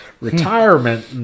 retirement